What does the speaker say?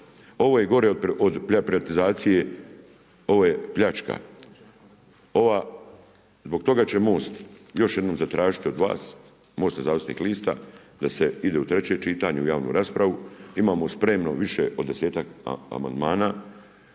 Ovo je gore od privatizacije, ovo je pljačka. Zbog toga će MOST, još jednom zatražiti od vas da se ide u treće čitanje u javnu raspravu, imamo spremno više od desetak amandmana,